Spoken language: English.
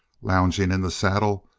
lounging in the saddle,